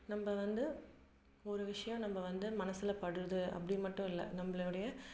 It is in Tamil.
நம்ப வந்து ஒரு விஷயம் நம்ப வந்து மனசில் படுது அப்படி மட்டும் இல்லை நம்பளுடைய